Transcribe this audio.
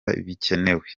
bikenewe